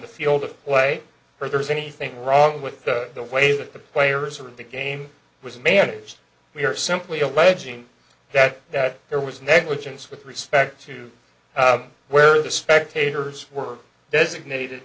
the field of play or there's anything wrong with the way that the players or the game was managed we are simply alleging that there was negligence with respect to where the spectators were designated